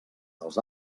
dels